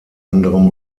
anderem